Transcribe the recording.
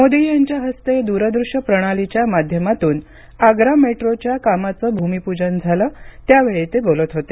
मोदी यांच्या हस्ते आज दूरदृश्य प्रणालीच्या माध्यमातून आग्रा मेट्रोच्या कामाचं भूमिपूजन झालं त्यावेळी ते बोलत होते